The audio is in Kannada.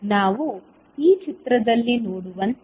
ನಾವು ಈ ಚಿತ್ರದಲ್ಲಿ ನೋಡುವಂತೆ